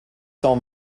son